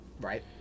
right